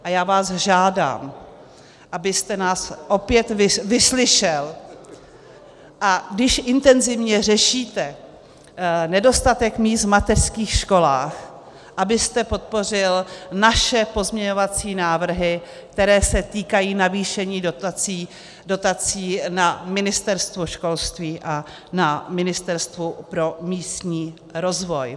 A já vás žádám, abyste nás opět vyslyšel, a když intenzivně řešíte nedostatek míst v mateřských školách, abyste podpořil naše pozměňovací návrhy, které se týkají navýšení dotací na Ministerstvu školství a na Ministerstvu pro místní rozvoj.